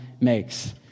makes